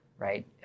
Right